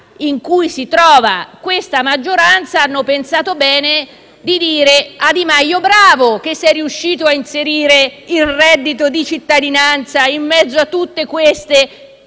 in cui si trova la maggioranza, hanno pensato bene di dire «bravo» a Di Maio per essere riuscito a inserire il reddito di cittadinanza in mezzo a tutte queste